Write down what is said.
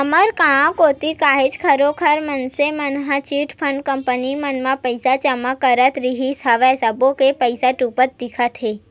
हमर गाँव कोती काहेच घरों घर मनसे मन ह चिटफंड कंपनी मन म पइसा जमा करत रिहिन हवय सब्बो के पइसा डूबत दिखत हे